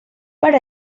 per